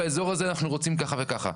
באזור הזה אנחנו רוצים ככה וככה.